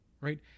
right